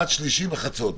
עד שלישי בחצות.